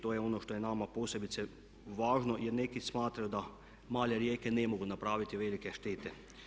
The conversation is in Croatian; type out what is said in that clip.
To je ono što je nama posebice važno jer neki smatraju da male rijeke ne mogu napraviti velike štete.